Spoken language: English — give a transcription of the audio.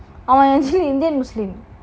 oh I actually indian muslim